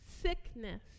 sickness